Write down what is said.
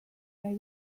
nahi